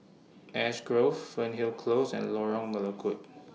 Ash Grove Fernhill Close and Lorong Melukut